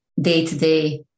day-to-day